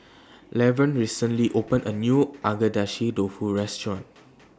Levern recently opened A New Agedashi Dofu Restaurant